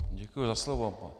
Děkuji za slovo.